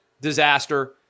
disaster